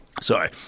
Sorry